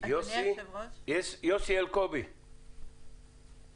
יוסי אלקובי, בבקשה.